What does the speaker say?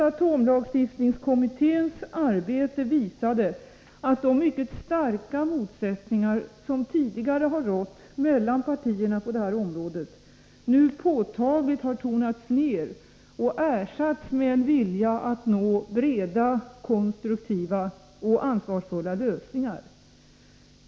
Atomlagstiftningskommitténs arbete visade ju att de mycket starka motsättningar på det här området som tidigare har funnits mellan partierna, nu påtagligt har tonats ner och ersatts med en vilja att nå breda, konstruktiva och ansvarsfulla lösningar.